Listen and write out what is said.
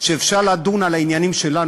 שאפשר לדון בו על העניינים שלנו.